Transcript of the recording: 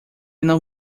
não